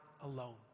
alone